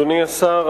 אדוני השר,